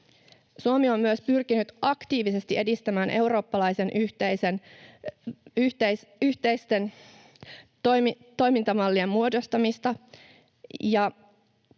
Suomi on myös pyrkinyt aktiivisesti edistämään eurooppalaisten yhteisten toimintamallien muodostamista